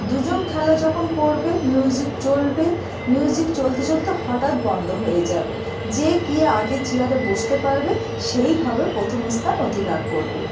দুজন খেলা যখন করবে মিউজিক চলবে মিউজিক চলতে চলতে হঠাৎ বন্ধ হয়ে যাবে যে গিয়ে আগে চেয়ারে বসতে পারবে সেই হবে প্রথম স্থান অধিকার করবে